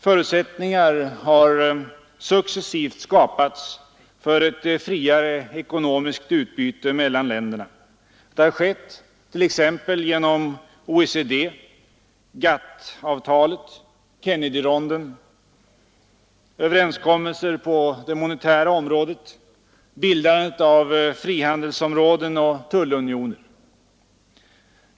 Förutsättningar har successivt skapats för ett friare ekonomiskt utbyte mellan länderna. Det har skett t.ex. genom OECD, GATT-avtalet, Kennedyronden, överenskommelser på det monetära området, bildandet av frihandelsområden och tullunioner.